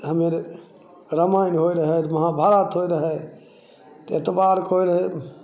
हमरे रामायण होइ रहै महाभारत होइ रहै एतबारके होइ रहै